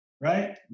Right